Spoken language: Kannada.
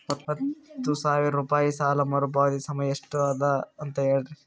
ಹತ್ತು ಸಾವಿರ ರೂಪಾಯಿ ಸಾಲ ಮರುಪಾವತಿ ಸಮಯ ಎಷ್ಟ ಅದ ಅಂತ ಹೇಳರಿ?